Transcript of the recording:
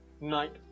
night